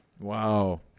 Wow